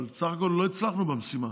אבל בסך הכול לא הצלחנו במשימה,